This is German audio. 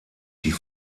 die